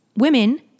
women